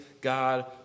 God